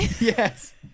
Yes